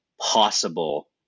possible